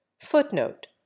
Footnote